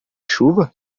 chuva